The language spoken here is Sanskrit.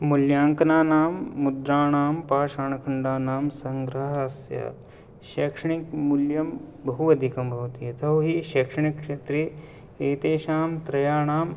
मूल्याङ्कनानां मुद्राणां पाषाणखण्डानां सङ्ग्रहस्य शैक्षणिकमूल्यं बहु अधिकं भवति यतोहि शैक्षणिकक्षेत्रे एतेषां त्रयाणां